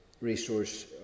Resource